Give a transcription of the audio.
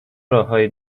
راههای